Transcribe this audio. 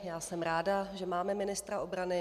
Já jsem ráda, že máme ministra obrany.